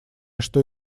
что